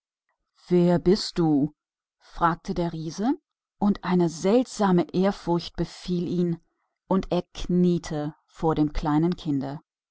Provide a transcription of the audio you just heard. wer bist du sagte der riese und eine seltsame scheu überkam ihn und er kniete nieder vor dem kleinen kinde